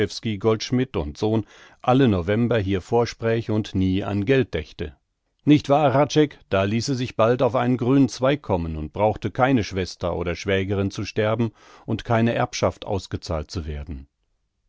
olszewski goldschmidt und sohn alle november hier vorspräch und nie an geld dächte nicht wahr hradscheck da ließe sich bald auf einen grünen zweig kommen und brauchte keine schwester oder schwägerin zu sterben und keine erbschaft ausgezahlt zu werden